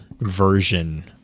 version